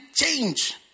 change